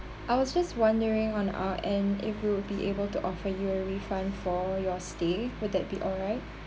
I was just wondering on our end if we would be able to offer you a refund for your stay will that be alright